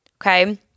okay